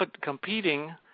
competing